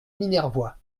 minervois